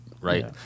Right